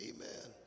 Amen